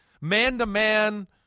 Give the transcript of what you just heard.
man-to-man